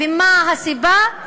ומה הסיבה?